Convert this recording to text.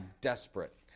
desperate